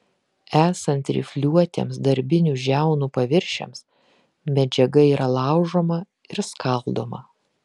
esant rifliuotiems darbinių žiaunų paviršiams medžiaga yra laužoma ir skaldoma